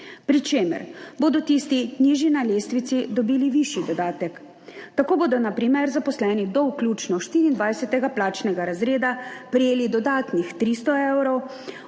pri čemer bodo tisti nižji na lestvici dobili višji dodatek. Tako bodo, na primer, zaposleni do vključno 24. plačnega razreda prejeli dodatnih 300 evrov,